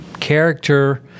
Character